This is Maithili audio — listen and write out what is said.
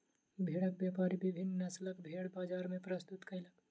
भेड़क व्यापारी विभिन्न नस्लक भेड़ बजार मे प्रस्तुत कयलक